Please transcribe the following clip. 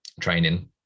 training